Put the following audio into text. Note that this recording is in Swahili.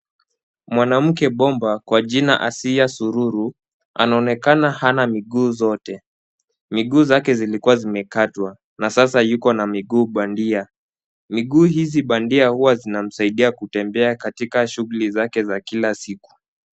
Mwanamke bomba kwa jina Asiya Sururu anaonekana hana miguu zote. Miguu zake zilikuwa zimekatwa na sasa yuko na miguu bandia. Miguu hizi bandia huwa zinamsaidia kutembea katika shughuli zake za kila siku.